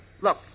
Look